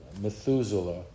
Methuselah